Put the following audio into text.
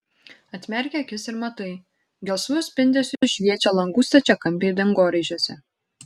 atmerki akis ir matai gelsvu spindesiu šviečia langų stačiakampiai dangoraižiuose